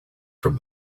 from